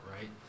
right